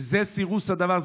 וזה סירוס הדבר,